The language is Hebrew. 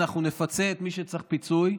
אנחנו נפצה את מי שצריך פיצוי.